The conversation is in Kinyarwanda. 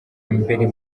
mbere